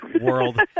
world